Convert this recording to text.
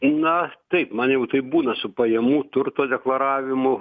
na taip man jau taip būna su pajamų turto deklaravimu